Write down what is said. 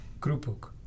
Krupuk